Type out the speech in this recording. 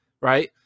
right